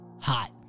hot